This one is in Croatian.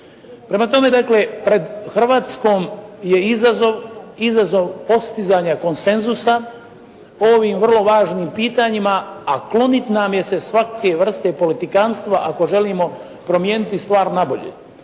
Prema tome dakle, pred Hrvatskom je izazov, izazov postizanja konsenzusa o ovim vrlo važnim pitanjima, a klonit nam je se svake vrste politikanstva ako želimo promijeniti stvar na bolje.